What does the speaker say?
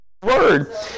Word